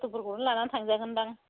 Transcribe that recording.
थथ'फोरखौनो लानानै थांजागोन दां